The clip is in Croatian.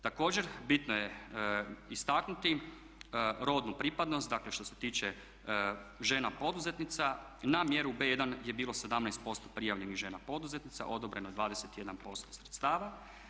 Također bitno je istaknuti rodnu pripadnost, dakle što se tiče žena poduzetnica, na mjeru B1 je bilo 17% prijavljenih žena poduzetnica, odobreno je 21% sredstava.